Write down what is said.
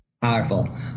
powerful